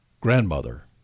grandmother